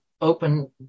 open